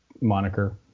moniker